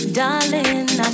darling